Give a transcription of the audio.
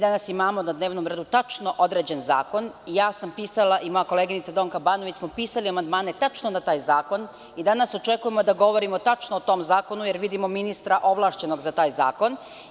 Danas imamo na dnevnom redu tačno određen zakon, moja koleginica Donka Banović i ja smo pisali amandmane tačno na taj zakon i danas očekujemo da govorimo tačno o tom zakonu, jer vidimo ministra ovlašćenog tačno za taj zakon.